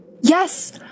Yes